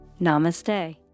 Namaste